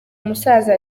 umusaza